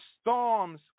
Storms